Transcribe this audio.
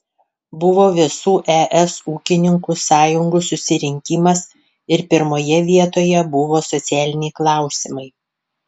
buvo visų es ūkininkų sąjungų susirinkimas ir pirmoje vietoje buvo socialiniai klausimai